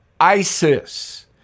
ISIS